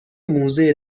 موزه